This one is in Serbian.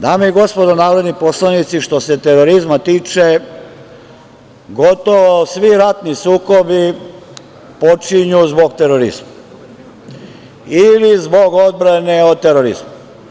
Dame i gospodo narodni poslanici, što se terorizma tiče gotovo svi ratni sukobi počinju zbog terorizma ili zbog odbrane od terorizma.